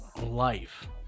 life